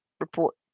report